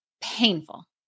painful